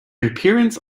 appearance